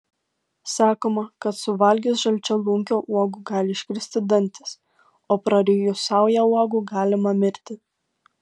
sakoma kad suvalgius žalčialunkio uogų gali iškristi dantys o prarijus saują uogų galima mirti